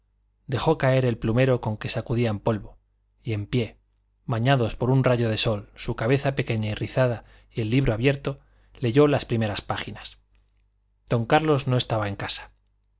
dejó caer el plumero con que sacudía el polvo y en pie bañados por un rayo de sol su cabeza pequeña y rizada y el libro abierto leyó las primeras páginas don carlos no estaba en casa